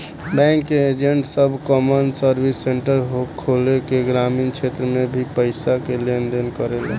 bank के agent सब common service centre खोल के ग्रामीण क्षेत्र में भी पईसा के लेन देन करेले